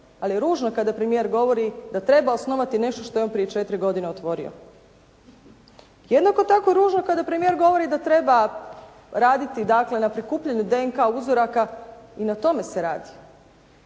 Ali je ružno kada premijer govori da treba osnovati nešto što je on prije 4 godine otvorio. Jednako tako je ružno kada premijer govori da treba raditi, dakle na prikupljanju DNK uzoraka, i na tome se radi.